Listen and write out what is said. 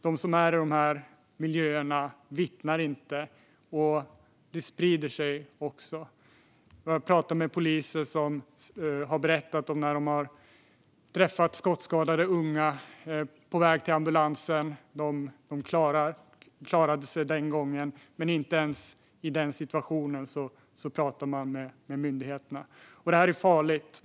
De som befinner sig i dessa miljöer vittnar inte, och det här sprider sig. Jag har talat med poliser som berättat om när de har träffat skottskadade unga på väg till ambulansen. De klarade sig den gången, men inte ens då pratar de med myndigheterna. Detta är farligt.